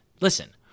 Listen